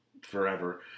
Forever